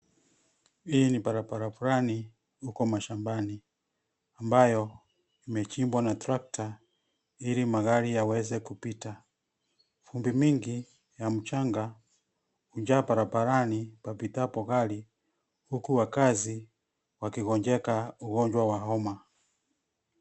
Hii ni barabara fulani huko mashambani ambayo imechimbwa na trekta ili magari yaweze kupita. Vumbi mingi ya mchanga hujaa barabarani papitapo gari, huku wakazi wakigonjeka ugonjwa wa homa.